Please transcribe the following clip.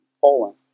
Poland